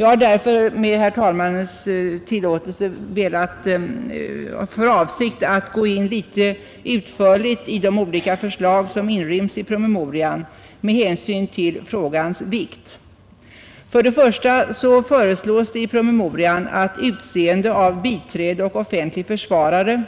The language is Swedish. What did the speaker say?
Jag har därför med herr talmannens tillåtelse för avsikt att gå in tämligen utförligt på de olika förslag, som inryms i promemorian, detta med hänsyn till frågans vikt. För det första föreslås i promemorian att utseende av biträde och offentlig försvarare